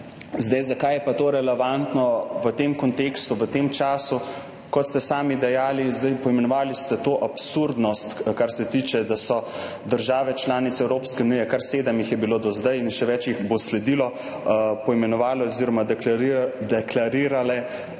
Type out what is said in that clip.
branje. Zakaj je pa to relevantno v tem kontekstu, v tem času? Kot ste sami dejali, to, kar se tiče tega, da so države članice Evropske unije, kar sedem jih je bilo do zdaj in še več jih bo sledilo, poimenovale oziroma deklarirale